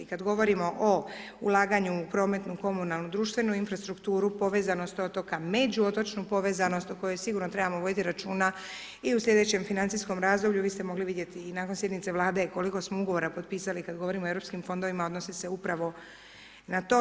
Kad govorimo o ulaganju u prometnu, komunalnu, društvenu infrastrukturu, povezanost otoka, međuotočnu povezanost o kojoj sigurno trebamo voditi računa i u sljedećem financijskom razdoblju, vi ste mogli vidjeti i nakon Sjednice Vlade koliko smo ugovora potpisali kad govorimo o Europskim fondovima, odnosi se upravo na to.